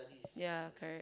yeah correct